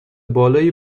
بالایی